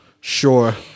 sure